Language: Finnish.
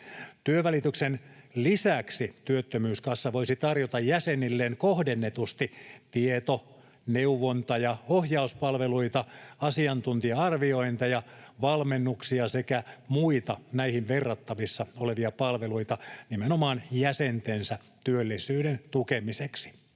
Työnvälityksen lisäksi työttömyyskassa voisi tarjota jäsenilleen kohdennetusti tieto-, neuvonta- ja ohjauspalveluita, asiantuntija-arviointeja, valmennuksia sekä muita näihin verrattavissa olevia palveluita nimenomaan jäsentensä työllisyyden tukemiseksi.